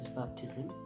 baptism